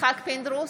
יצחק פינדרוס,